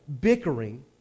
bickering